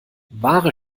wahre